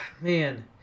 man